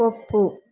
ಒಪ್ಪು